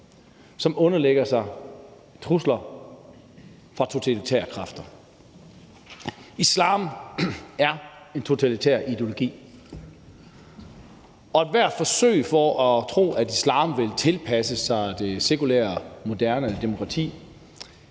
som underlægger sig trusler fra totalitære kræfter. Islam er en totalitær ideologi, og ethvert forsøg på at tro, at islam vi tilpasse sig det sekulære, moderne demokrati,